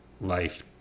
life